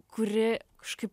kuri kažkaip